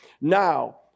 Now